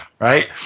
right